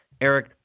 Eric